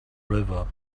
river